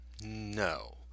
no